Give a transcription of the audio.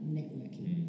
networking